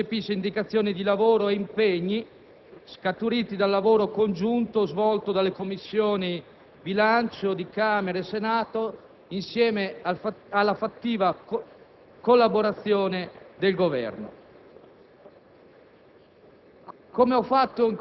Quest'anno, esso recepisce indicazioni di lavoro e impegni scaturiti dal lavoro congiunto svolto dalle Commissioni bilancio di Camera e Senato con la fattiva collaborazione del Governo.